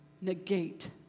Negate